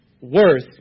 worth